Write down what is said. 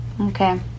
Okay